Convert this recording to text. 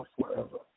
forever